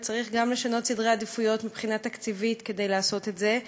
וצריך גם לשנות סדרי עדיפויות מבחינה תקציבית כדי לעשות את זה.